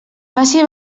faci